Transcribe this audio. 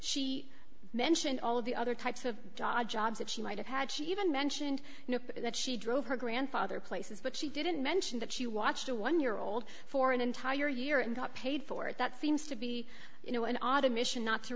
she mentioned all of the other types of job jobs that she might have had she even mentioned that she drove her grandfather places but she didn't mention that she watched a one year old for an entire year and got paid for it that seems to be you know an audition not to